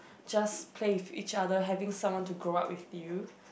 just play with each other having someone to grow up with you